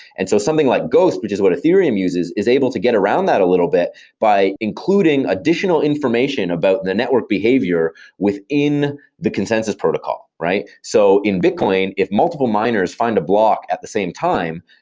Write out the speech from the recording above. and so something like ghost, which is what ethereum uses, is able to get around that a little bit by including additional information about the network behavior within the consensus protocol, right? so in bitcoin, if multiple miners find the block at the same time,